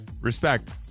Respect